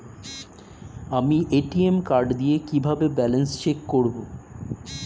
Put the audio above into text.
আমি ATM card দিয়ে কিভাবে ব্যালেন্স চেক করব?